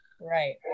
Right